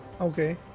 Okay